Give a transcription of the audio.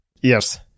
Yes